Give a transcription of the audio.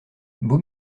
beau